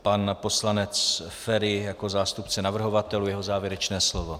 Pan poslanec Feri jako zástupce navrhovatelů, jeho závěrečné slovo.